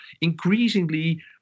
increasingly